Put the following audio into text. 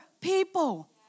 people